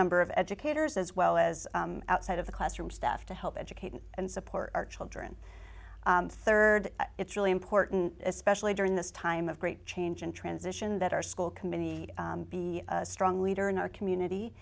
number of educators as well as outside of the classroom staff to help education and support our children rd it's really important especially during this time of great change and transition that our school committee to be a strong leader in our community